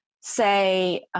say